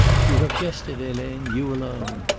you have guessed it, helene you alone.